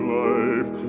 life